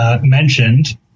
mentioned